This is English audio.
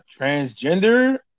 transgender